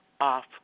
off